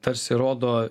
tarsi rodo